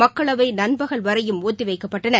மக்களவை நண்பகல் வரையும் ஒத்திவைக்கப்பட்டன